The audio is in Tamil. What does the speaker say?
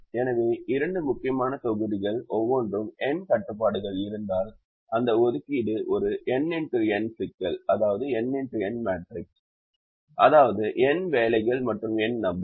எனவே இரண்டு முக்கியமான தொகுதிகள் ஒவ்வொன்றும் n கட்டுப்பாடுகள் இருந்தால் அந்த ஒதுக்கீடு ஒரு n சிக்கல் n வேலைகள் மற்றும் n நபர்கள்